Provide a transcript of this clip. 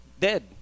dead